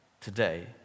today